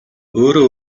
өөрөө